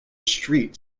street